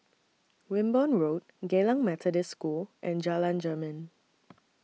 Wimborne Road Geylang Methodist School and Jalan Jermin